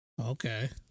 Okay